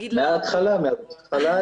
בוקר טוב.